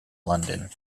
london